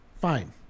Fine